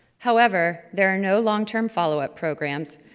however, there are no long-term follow up programs,